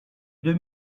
deux